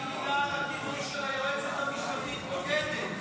אולי בגלל הכינוי של היועצת המשפטית "בוגדת".